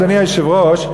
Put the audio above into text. אדוני היושב-ראש,